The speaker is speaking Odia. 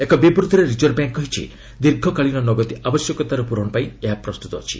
ଏକ ବିବୃତ୍ତିରେ ରିଜର୍ଭ ବ୍ୟାଙ୍କ୍ କହିଛି ଦୀର୍ଘକାଳୀନ ନଗଦି ଆବଶ୍ୟକତାର ପୂରଣ ପାଇଁ ଏହା ପ୍ରସ୍ତୁତ ଅଛି